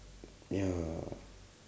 ya